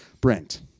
Brent